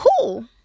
cool